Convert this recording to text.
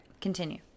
Continue